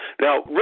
Now